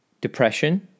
Depression